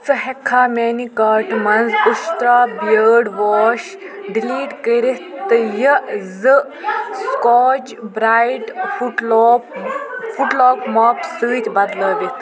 ژٕ ہیٚکٕکھا میٛانہِ کارٹہٕ مَنٛز اُسترٛا بیٛٲرڑ واش ڈِلیٖٹ کٔرِتھ تہٕ یہِ زٕ Scotch Brite foot lock foot lock ماپ سۭتۍ بدلٲوِتھ